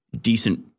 decent